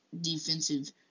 defensive